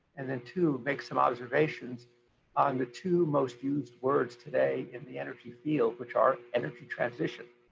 and then two, make some observations on the two most used words today in the energy field, which are energy transition.